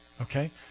okay